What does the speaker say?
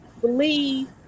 believe